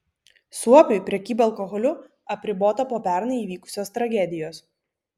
suopiui prekyba alkoholiu apribota po pernai įvykusios tragedijos